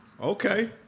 Okay